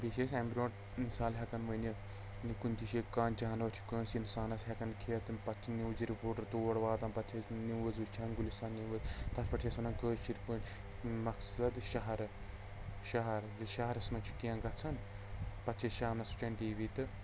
بیٚیہِ چھِ أسۍ اَمہِ برٛونٛٹھ مِثال ہٮ۪کان ؤنِتھ کُنہِ تہِ جاے کانٛہہ جانوَر چھُ کٲنٛسہِ اِنسانَس ہٮ۪کان کھٮ۪تھ پَتہٕ چھِ نِوز رِپوٹَر تور واتان پَتہٕ چھِ أسۍ نِوٕز وٕچھان گُلِستان نِوٕز تَتھ پٮ۪ٹھ چھِ اَسہِ وَنان کٲشِرۍ پٲٹھۍ مقصَد شہرٕ شہرٕ ییٚلہِ شہرَس منٛز چھُ کیٚنٛہہ گژھان پَتہٕ چھِ أسۍ شامنَس وٕچھان ٹی وی تہٕ